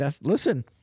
Listen